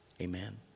Amen